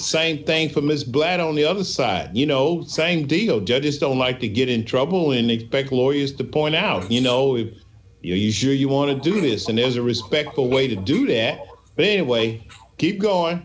same thing from ms blatt on the other side you know same deal judges don't like to get in trouble in expect lawyers to point out you know if you know you sure you want to do this and there's a respectful way to do that thing away keep going